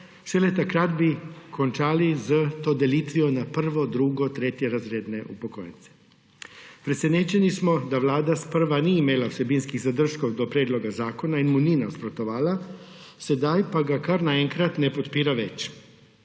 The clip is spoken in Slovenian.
Šele takrat bi končali s to delitvijo na prvo-, drugo-, tretjerazredne upokojence. Presenečeni smo, da Vlada sprva ni imela vsebinskih zadržkov do predloga zakona in mu ni nasprotovala, sedaj pa ga kar naenkrat ne podpira več.